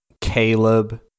Caleb